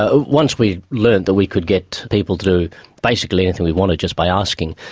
ah once we learned that we could get people to do basically anything we wanted just by asking,